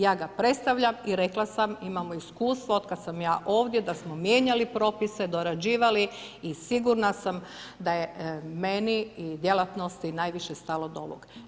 Ja ga predstavljam i rekla sam imamo iskustvo od kada sam ja ovdje da smo mijenjali propise, dorađivali i sigurna sam da je meni i djelatnosti najviše stalo do ovog.